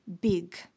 big